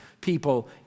people